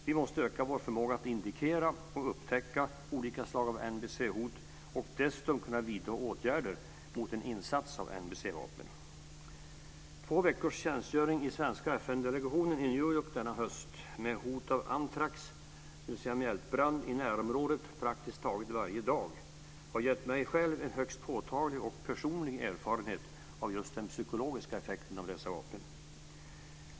Vi måste öka vår förmåga att indikera och upptäcka olika slag av NBC-hot och dessutom kunna vidta åtgärder mot en insats av NBC delegationen i New York denna höst, med hot av anthrax, dvs. mjältbrand, i närområdet praktiskt taget varje dag, har gett mig en högst påtaglig och personlig erfarenhet av just den psykologiska effekten av dessa vapen.